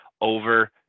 over